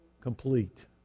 complete